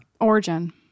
Origin